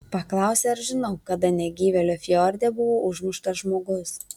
paklausė ar žinau kada negyvėlio fjorde buvo užmuštas žmogus